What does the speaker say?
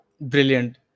Brilliant